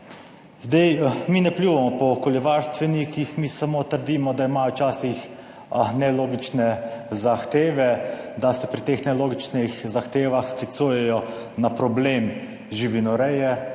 Mi ne pljuvamo po okoljevarstvenikih. Mi samo trdimo, da imajo včasih nelogične zahteve. Da se pri teh nelogičnih zahtevah sklicujejo na problem živinoreje